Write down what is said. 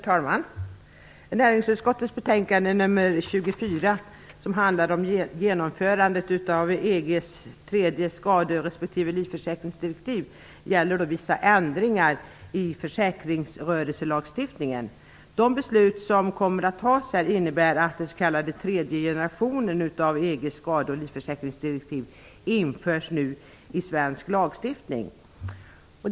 Herr talman! Näringsutskottets betänkande nr 24 handlar om genomförandet av EG:s tredje skaderespektive livförsäkringsdirektiv och berör vissa ändringar i försäkringsrörelselagstiftningen. De beslut som kommer att fattas här innebär att den s.k. tredje generationen av EG:s skade och livförsäkringsdirektiv införs svensk lagstiftning.